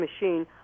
machine